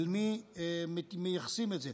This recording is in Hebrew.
למי מייחסים את זה,